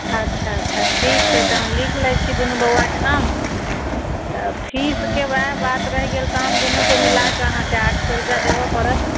अच्छा अच्छा ठीक छै तऽ हम लिख लै छी दुनू बौआके नाम तऽ फीसके ओएह बात रही गेल तहन दुनूके मिलाके अहाँकेँ आठ सए रूपैआ देबऽ पड़त